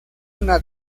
una